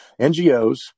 NGOs